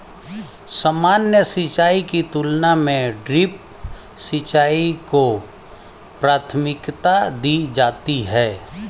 सामान्य सिंचाई की तुलना में ड्रिप सिंचाई को प्राथमिकता दी जाती है